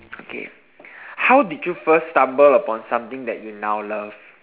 okay how did you first stumble upon something that you now love